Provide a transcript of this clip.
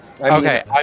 Okay